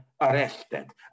arrested